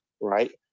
right